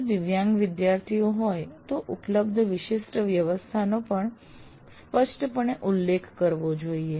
જો દિવ્યાંગ વિદ્યાર્થીઓ હોય તો ઉપલબ્ધ વિશિષ્ટ વ્યવસ્થાનો પણ સ્પષ્ટપણે ઉલ્લેખ કરવો જોઈએ